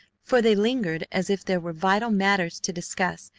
for they lingered as if there were vital matters to discuss,